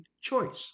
choice